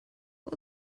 all